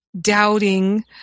doubting